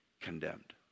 Condemned